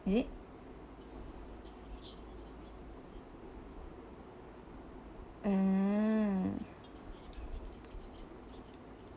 is it mm